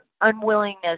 unwillingness